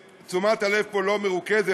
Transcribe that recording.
שתשומת הלב פה לא מרוכזת,